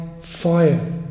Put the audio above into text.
fire